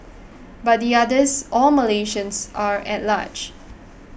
but the others all Malaysians are at large